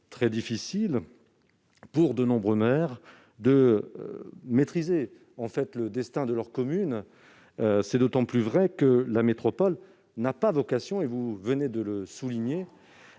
difficile pour de nombreux maires de maîtriser le destin de leur commune. C'est d'autant plus vrai que la métropole n'a pas vocation à exercer les